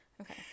Okay